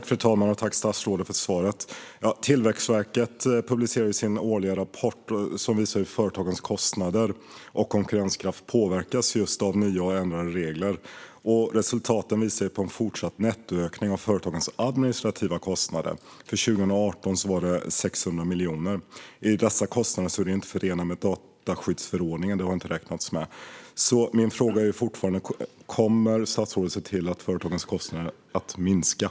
Fru talman! Tack, statsrådet, för svaret! Tillväxtverket har publicerat sin årliga rapport, som visar hur företagens kostnader och konkurrenskraft påverkas av nya och ändrade regler. Resultaten visar på en fortsatt nettoökning av företagens administrativa kostnader. För 2018 var det 600 miljoner. I dessa kostnader har inte kostnader förenade med dataskyddsförordningen räknats med. Kommer statsrådet att se till att företagens kostnader minskar?